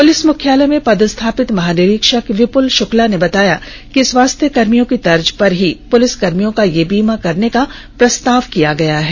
police मुख्यालय में पदस्थापित महानिरीक्षक विपुल शुक्ला ने बताया कि स्वास्थ्यकर्मियों की तर्ज पर ही पुलिसकर्मियों का यह बीमा करने का प्रस्ताव बनाया गया है